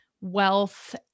wealth